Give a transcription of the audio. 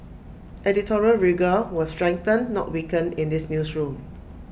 editorial rigour will strengthen not weaken in this newsroom